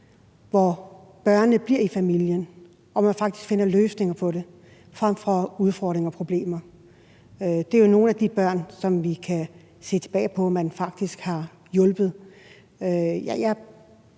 hvor børnene bliver i familien, og hvor man faktisk finder løsninger på det frem for at finde udfordringer og problemer. Det er jo nogle af de børn, vi kan se tilbage på faktisk er blevet